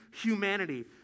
humanity